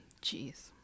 Jeez